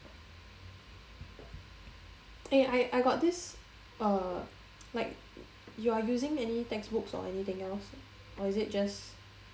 eh eh I got uh like you are using any textbooks or anything else or is it just